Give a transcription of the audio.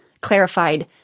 clarified